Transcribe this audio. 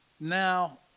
now